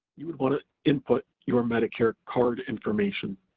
you would wanna input your medicare card information.